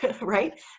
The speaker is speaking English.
right